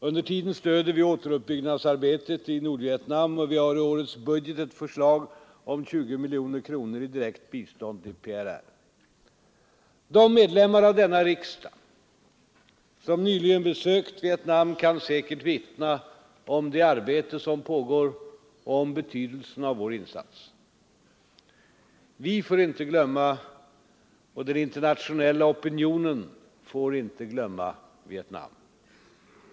Under tiden stöder vi återuppbyggnadsarbetet i Nordvietnam, och vi har i årets budget ett förslag om 20 miljoner kronor i direkt bistånd till PRR. De medlemmar av denna riksdag som nyligen besökt Vietnam kan säkert vittna om det arbete som pågår, om betydelsen av vår insats. Vi får inte glömma, och den internationella opinionen får inte glömma Vietnam.